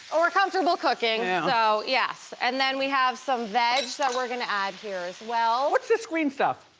or comfortable cooking, so yes. and then we have some veg that we're gonna add here as well. what's this green stuff?